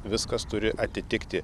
viskas turi atitikti